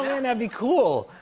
and be cool.